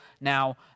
now